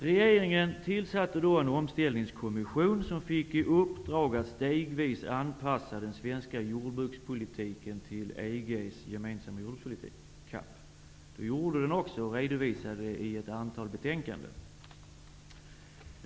Regeringen tillsatte en omställningskommission som fick i uppdrag att stegvis anpassa den svenska jordbrukspolitiken till EG:s gemensamma jordbrukspolitik, CAP. Den genomförde också detta uppdrag, vars resultat redovisades i ett antal betänkanden.